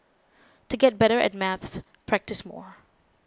to get better at maths practise more